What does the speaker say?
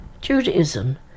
Judaism